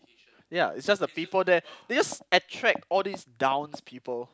ya it's just the people there they just attract all these downs people